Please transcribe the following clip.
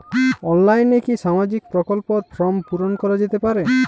অনলাইনে কি সামাজিক প্রকল্পর ফর্ম পূর্ন করা যেতে পারে?